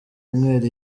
umweru